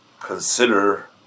consider